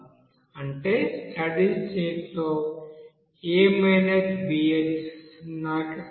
అంటే study state లో a bh సున్నాకి సమానం